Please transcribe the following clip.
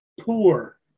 poor